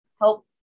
help